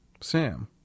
Sam